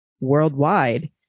worldwide